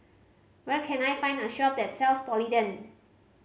where can I find a shop that sells Polident